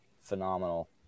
phenomenal